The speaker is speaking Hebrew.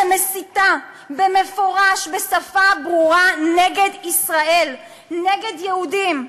שמסיתה במפורש בשפה ברורה נגד ישראל, נגד יהודים.